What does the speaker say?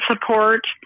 support